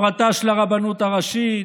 הפרטה של הרבנות הראשית,